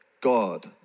God